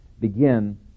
begin